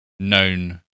known